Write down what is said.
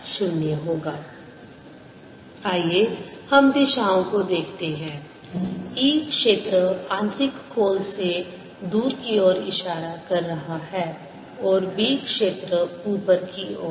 E0 sa and sb 2π0s asb आइए हम दिशाओं को देखते हैं E क्षेत्र आंतरिक खोल से दूर की ओर इशारा कर रहा है और B क्षेत्र ऊपर की ओर